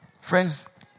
Friends